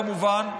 כמובן,